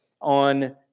on